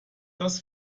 das